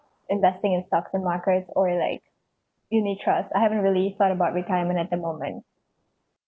investing in stocks and markets or like unit trust I haven't really thought about retirement at the moment